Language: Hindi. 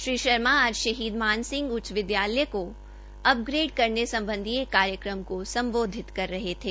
श्री शर्मा आज शहीद मान सिंह उच्च विदयालय को अपग्रेड करने सम्बधी एक कार्यक्रम को सम्बोधित कर रहे थे